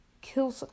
kill